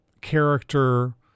character